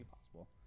Possible